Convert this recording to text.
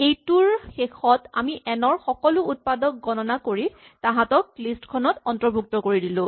এইটোৰ শেষত আমি এন ৰ সকলো উৎপাদক গণনা কৰি তাহাঁতক এখন লিষ্ট ত অৰ্ন্তভুক্ত কৰি দিলো